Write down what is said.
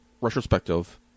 retrospective